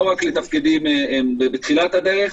לא רק לתפקידים בתחילת הדרך,